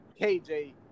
KJ